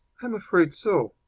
i'm afraid so.